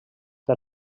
per